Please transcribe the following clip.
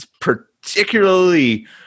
particularly